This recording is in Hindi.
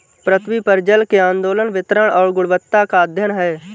पृथ्वी पर जल के आंदोलन वितरण और गुणवत्ता का अध्ययन है